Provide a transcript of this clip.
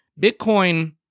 Bitcoin